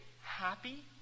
happy